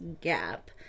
gap